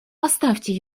оставьте